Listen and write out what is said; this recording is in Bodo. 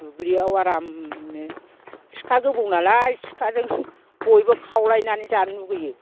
दुब्लियाव आरामनो सिखा गोबौ नालाय सिखाजों बयबो खावलायनानै जानो लुगैयो